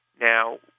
Now